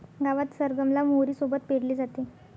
गावात सरगम ला मोहरी सोबत पेरले जाते